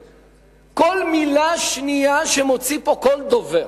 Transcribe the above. מישהו צריך לשמור על הציבור.